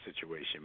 situation